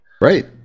Right